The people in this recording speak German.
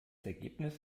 ergebnis